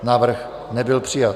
Návrh nebyl přijat.